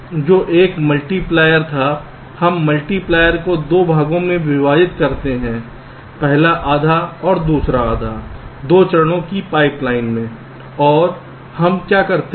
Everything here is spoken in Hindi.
तो एक मल्टीप्लायर था हम मल्टीप्लायर को 2 भागों में विभाजित करते हैं पहला आधा और दूसरा आधा 2 चरण की पाइपलाइन में और हम क्या करते हैं